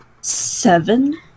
Seven